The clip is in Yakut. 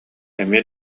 эмиэ